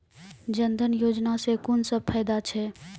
जनधन योजना सॅ कून सब फायदा छै?